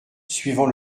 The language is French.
suivant